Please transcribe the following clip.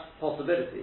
possibility